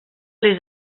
les